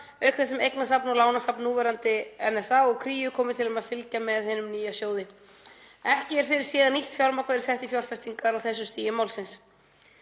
auk þess sem eignasafn og lánasafn núverandi NSA og Kríu komi til með að fylgja með hinum nýja sjóði. Ekki er fyrirséð að nýtt fjármagn verði sett í fjárfestingar á þessu stigi málsins.